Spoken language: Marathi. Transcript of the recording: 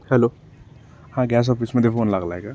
हॅलो हा गॅस ऑफिसमध्ये फोन लागला आहे का